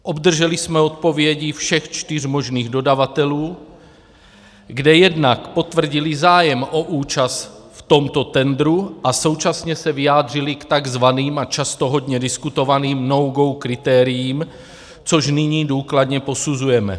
Obdrželi jsme odpovědi všech čtyř možných dodavatelů, kde jednak potvrdili zájem o účast v tomto tendru a současně se vyjádřili k tzv. a často hodně diskutovaným nogo kritériím, což nyní důkladně posuzujeme.